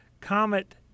Comet